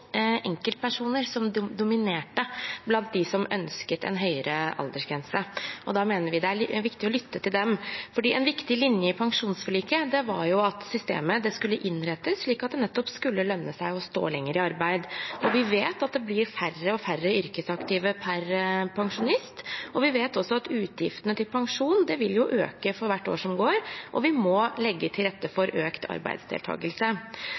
er viktig å lytte til dem, for en viktig linje i pensjonsforliket var at systemet skulle innrettes slik at det nettopp skulle lønne seg å stå lenger i arbeid. Vi vet at det blir færre og færre yrkesaktive per pensjonist. Vi vet også at utgiftene til pensjon vil øke for hvert år som går, og vi må legge til rette for økt arbeidsdeltakelse.